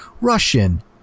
Russian